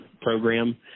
program